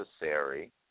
necessary